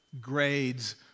grades